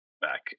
back